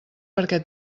perquè